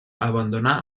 abandonà